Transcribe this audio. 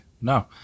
no